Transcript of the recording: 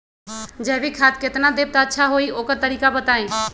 जैविक खाद केतना देब त अच्छा होइ ओकर तरीका बताई?